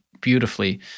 beautifully